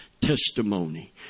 testimony